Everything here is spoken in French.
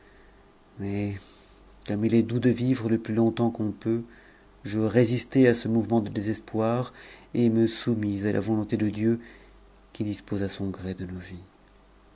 commp il est doux de vivre le plus longtemps qu'on peut je résistai à ce mouve ment de désespoir et me soumis à la volonté de dieu qui dispose il son gré de